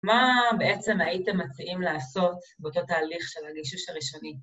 מה בעצם הייתם מציעים לעשות באותו תהליך של הגישוש הראשוני?